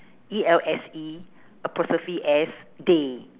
E L S E apostrophe S day